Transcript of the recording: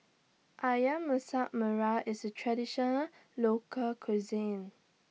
Ayam Masak Merah IS A Traditional Local Cuisine